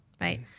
right